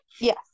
yes